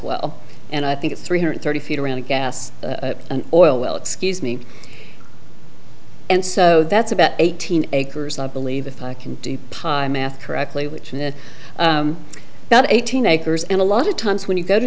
well and i think it's three hundred thirty feet around the gas and oil well excuse me and so that's about eighteen acres i believe if i can pile math correctly which in about eighteen acres and a lot of times when you go to